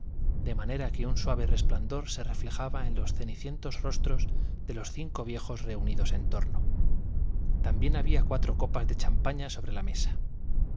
de manera que un suave resplandor se reflejaba en los cenicientos rostros de los cinco viejos reunidos en torno también había cuatro copas de champaña sobre la mesa